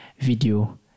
video